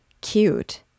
Cute